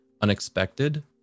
unexpected